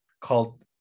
called